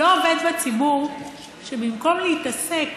לא עובד בציבור שבמקום להתעסק